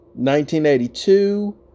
1982